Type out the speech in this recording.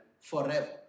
forever